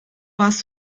warst